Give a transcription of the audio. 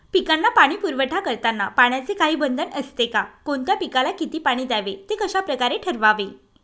पिकांना पाणी पुरवठा करताना पाण्याचे काही बंधन असते का? कोणत्या पिकाला किती पाणी द्यावे ते कशाप्रकारे ठरवावे?